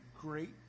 great